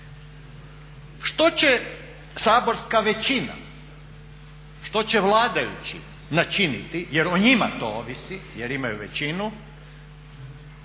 Što će saborska većina, što će vladajući načiniti jer o njima to ovisi jer imaju većinu